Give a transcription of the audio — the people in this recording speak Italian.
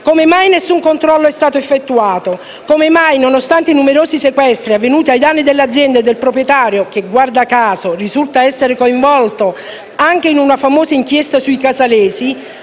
Come mai nessun controllo è stato effettuato? Come mai, nonostante i numerosi sequestri avvenuti ai danni dell'azienda e del proprietario (che, guarda caso, risulta essere coinvolto anche in una famosa inchiesta sui Casalesi),